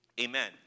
Amen